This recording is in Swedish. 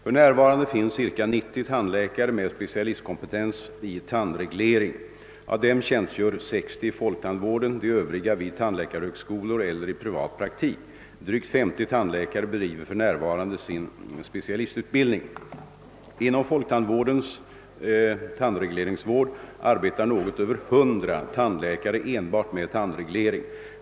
För närvarande finns cirka 90 tandläkare med specialistkompetens i tandreglering. Av dem tjänstgör 60 i folktandvården, de övriga vid tandläkarhögskolor eller i privat praktik. Drygt 50 tandläkare bedriver för närvarande sin specialistutbildning. Inom folktandvårdens tandregleringsvård arbetar något över 100 tandläkare enbart med tandreglering.